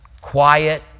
quiet